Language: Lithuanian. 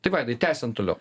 tai vaidai tęsiant toliau